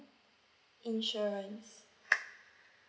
insurance